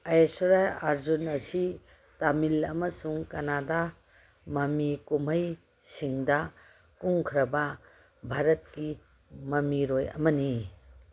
ꯑꯥꯏꯁꯣꯔꯥꯏ ꯑꯥꯔꯖꯨꯟ ꯑꯁꯤ ꯇꯥꯃꯤꯜ ꯑꯃꯁꯨꯡ ꯀꯅꯥꯗꯥ ꯃꯃꯤ ꯀꯨꯝꯍꯩꯁꯤꯡꯗ ꯀꯨꯝꯈ꯭ꯔꯕ ꯚꯥꯔꯠꯀꯤ ꯃꯃꯤꯔꯣꯏ ꯑꯃꯅꯤ